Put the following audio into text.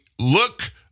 look